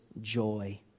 joy